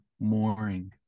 Mooring